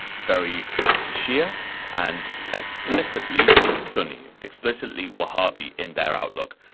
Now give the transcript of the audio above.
very anti shia and explicitly sunni, explicitly wahhabi in their outlook.